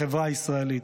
בחברה הישראלית,